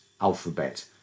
alphabet